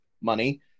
money